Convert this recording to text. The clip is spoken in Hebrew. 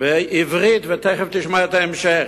בעברית, ותיכף תשמע את ההמשך.